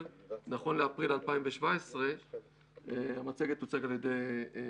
נכון לאפריל 2017. את המצגת יציג נתן